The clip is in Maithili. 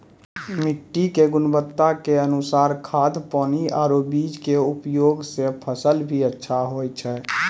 मिट्टी के गुणवत्ता के अनुसार खाद, पानी आरो बीज के उपयोग सॅ फसल भी अच्छा होय छै